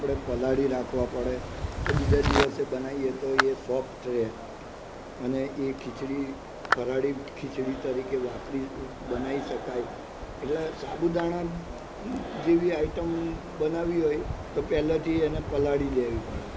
આપણે પલાળી રાખવા પડે તો બીજા દિવસે બનાવીએ તો એ સોફ્ટ રહે અને એ ખીચડી ફરાળી ખીચડી તરીકે વાપરી બનાવી શકાય એટલે સાબુદાણા જેવી આઈટમ બનાવવી હોય તો પહેલેથી એને પલાળી દેવી પડે